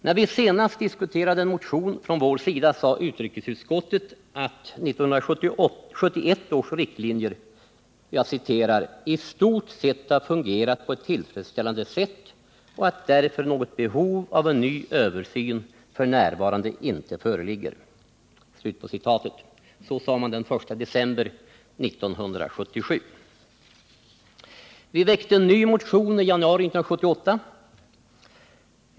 När vi senast diskuterade en motion från vår sida sade utrikesutskottet att 1971 års riktlinjer ”i stort sett har fungerat på ett tillfredsställande sätt och att därför något behov av en ny översyn f. n. inte föreligger”. —Så sade man den I december 1977. Vi väckte en ny motion i januari 1978.